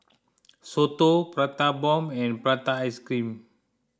Soto Prata Bomb and Prata Ice Cream